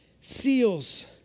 seals